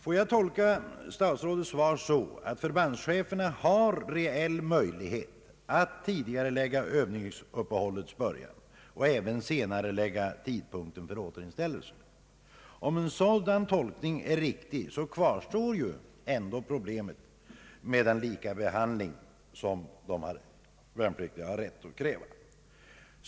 Får jag tolka herr statsrådets svar så att förbandscheferna har reell möjlighet att tidigarelägga Öövningsuppehållets början och att även senarelägga tidpunkten för återinställelsen? Om en sådan tolkning är riktig, kvarstår ju ändå problemet med den lika behandling som de värnpliktiga har rätt att kräva.